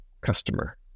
customer